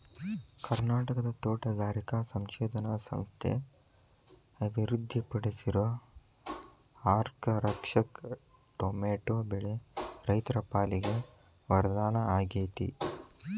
ಕರ್ನಾಟಕದ ತೋಟಗಾರಿಕಾ ಸಂಶೋಧನಾ ಸಂಸ್ಥೆ ಅಭಿವೃದ್ಧಿಪಡಿಸಿರೋ ಅರ್ಕಾರಕ್ಷಕ್ ಟೊಮೆಟೊ ಬೆಳೆ ರೈತರ ಪಾಲಿಗೆ ವರದಾನ ಆಗೇತಿ